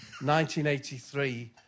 1983